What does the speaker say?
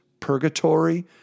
Purgatory